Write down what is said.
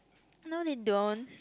now they don't